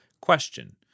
Question